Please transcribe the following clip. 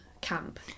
camp